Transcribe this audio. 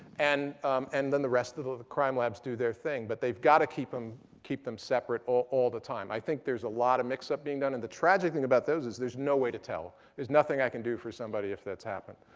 and and then the rest of of the crime labs do their thing. but they've got to keep um keep them separate all all the time. i think there's a lot a mixup being done. and the tragic thing about those is there's no way to tell. there's nothing i can do for somebody if that's happened.